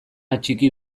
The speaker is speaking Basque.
atxiki